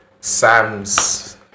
Sam's